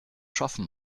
schaffen